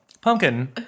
Pumpkin